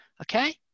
Okay